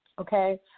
Okay